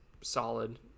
solid